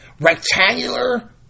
rectangular